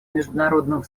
международного